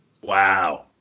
wow